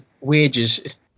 wages